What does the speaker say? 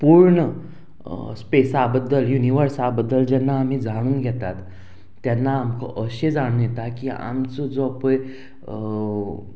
पूर्ण स्पेसा बद्दल युनिवर्सा बद्दल जेन्ना आमी जाणून घेतात तेन्ना आमकां अशें जाणून येता की आमचो जो पय